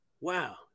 wow